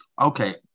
Okay